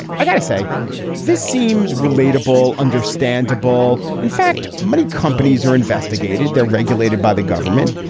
i got to say this seems relatable understandable. in fact many companies are investigated. they're regulated by the government.